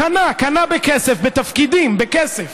קנה, קנה בכסף, בתפקידים, בכסף,